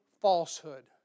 falsehood